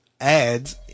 ads